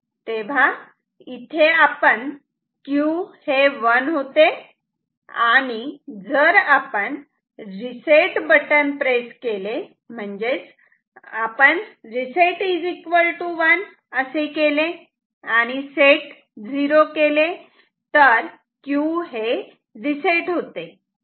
तेव्हा इथे आपण Q हे 1 होते आणि जर आपण रीसेट बटन प्रेस केले म्हणजेच आपण रिसेट 1 असे केले आणि सेट 0 केले तर Q हे रीसेट होते